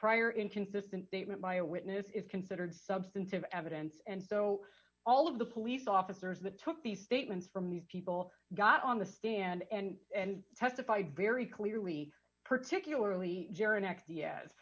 prior inconsistent statement by a witness is considered substantive evidence and so all of the police officers that took the statements from the people got on the stand and testified very clearly particularly